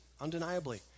undeniably